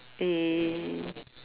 eh